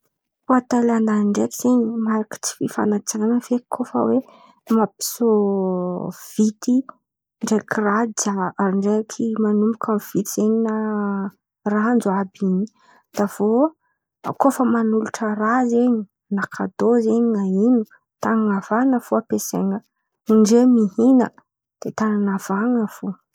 Fa Tailandy ndraiky zen̈y. Mariky tsy fifan̈ajan̈a feky koa fa hoe: mampiseho vity ndraiky raha jia ndraiky manomboko am feedy izen̈y, na ranjo àby in̈y. De aviô koa, fa manolotra raha zen̈y, nakàdo zen̈y, na ino. Tan̈ana avan̈ana fo ampiasain̈a. Ny iray mihin̈a, de tan̈ana avan̈ana fo.